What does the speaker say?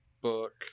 book